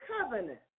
covenant